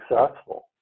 successful